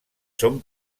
són